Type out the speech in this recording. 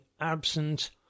absent